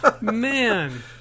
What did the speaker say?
Man